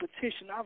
petition